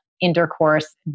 intercourse